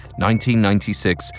1996